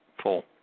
full